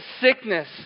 sickness